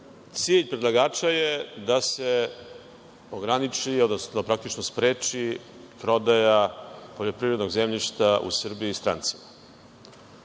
lepo. Cilj predlagača je da se ograniči, odnosno da se praktično spreči prodaja poljoprivrednog zemljišta u Srbiji strancima.